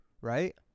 right